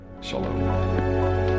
Shalom